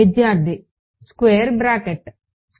విద్యార్థి square bracket సమయం 2412 చూడండి